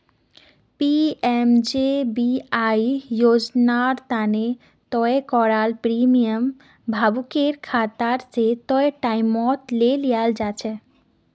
PMJBY योजना तने तय कराल प्रीमियम लाभुकेर खाता स तय टाइमत ले लियाल जाछेक